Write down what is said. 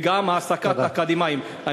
וגם העסקת אקדמאים, תודה.